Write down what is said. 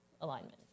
alignment